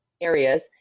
areas